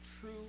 true